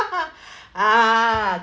ah